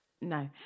No